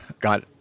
got